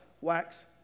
Wax